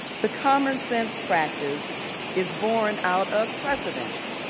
the common sense practice is bourne out of precedent.